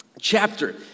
chapter